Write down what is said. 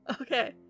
okay